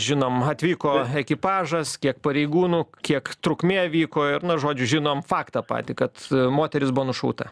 žinom atvyko ekipažas kiek pareigūnų kiek trukmė vyko ir na žodžiu žinom faktą patį kad moteris buvo nušauta